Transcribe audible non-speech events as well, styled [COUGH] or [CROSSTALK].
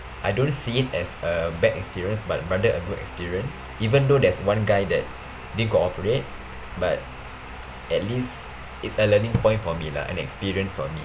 I don't see it as a bad experience but rather a good experience even though there's one guy that didn't cooperate but at least it's a learning point [NOISE] for me lah an experience for me